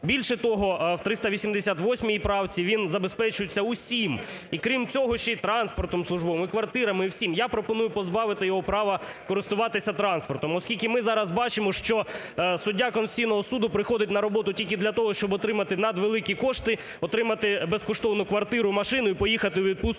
Більше того, у 388 правці він забезпечується усім, і крім цього, ще й транспортом службовим, і квартирами, усім. Я пропоную позбавити його права користуватися транспортом, оскільки ми зараз бачимо, що суддя Конституційного Суду приходить на роботу тільки для того, щоб отримати надвеликі кошти, отримати безкоштовну квартиру, машину і поїхати у відпустку